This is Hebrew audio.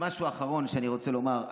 ומשהו אחרון שאני רוצה לומר.